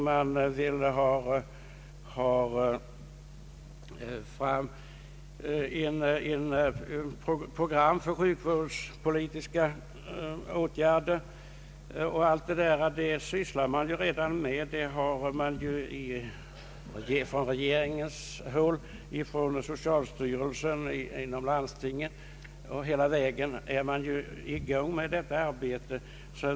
Reservanterna vill ha till stånd ett hälsooch sjukvårdspolitiskt program, Det arbetet sysslar man ju redan med. Inom regeringen, socialstyrelsen, landstingen och annorstädes är man i gång med detta arbete.